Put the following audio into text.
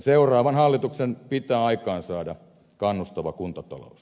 seuraavan hallituksen pitää aikaansaada kannustava kuntatalous